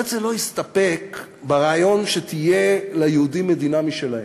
הרצל לא הסתפק ברעיון שתהיה ליהודים מדינה משלהם,